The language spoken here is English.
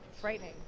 frightening